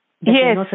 Yes